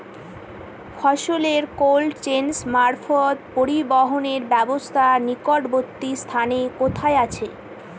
ফসলের cold chain মারফত পরিবহনের ব্যাবস্থা নিকটবর্তী স্থানে কোথায় আছে?